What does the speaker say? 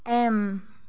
M